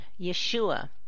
Yeshua